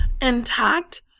intact